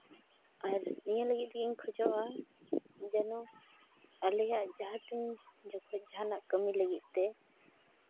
ᱟᱨ ᱱᱤᱭᱟᱹ ᱞᱟᱹᱜᱤᱫ ᱛᱮᱜᱮᱧ ᱠᱷᱚᱡᱚᱜᱼᱟ ᱡᱮᱱᱚ ᱟᱞᱮᱭᱟᱜ ᱡᱟᱦᱟᱸ ᱛᱤᱱ ᱡᱚᱠᱷᱚᱱ ᱡᱟᱦᱟᱱᱟᱜ ᱠᱟᱹᱢᱤ ᱞᱟᱹᱜᱤᱫ ᱛᱮ